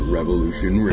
Revolution